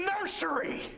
nursery